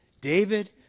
David